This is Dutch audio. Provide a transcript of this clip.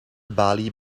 balie